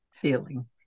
feeling